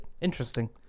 Interesting